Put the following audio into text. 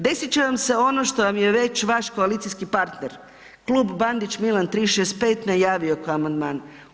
Desit će vam se ono što vam je već vaš koalicijski partner, Klub Bandić Milan 365 najavio kao amandman.